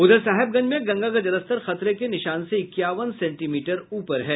उधर साहेबगंज में गंगा का जलस्तर खतरे के निशान से इक्यावन सेंटीमीटर ऊपर है